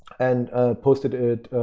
and posted it,